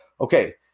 Okay